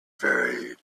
very